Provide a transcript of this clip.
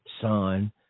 son